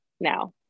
now